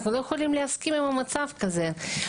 אנחנו לא יכולים להסכים עם המצב הזה,